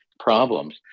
problems